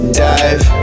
dive